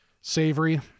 savory